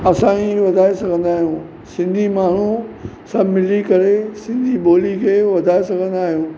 असां ई वधाए सघंदा आहियूं सिंधी माण्हू सभु मिली करे सिंधी ॿोलीअ खे वधाए सघंदा आहियूं